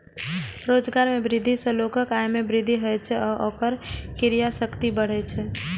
रोजगार मे वृद्धि सं लोगक आय मे वृद्धि होइ छै आ ओकर क्रय शक्ति बढ़ै छै